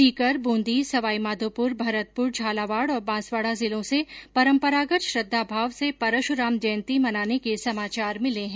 सीकर बूंदी सवाईमाधोपुर भरतपुर झालावाड और बांसवाड़ा जिलों से परम्परागत श्रद्वाभाव से परशुराम जयन्ती मनाने के समाचार मिले हैं